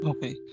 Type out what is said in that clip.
Okay